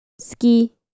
Ski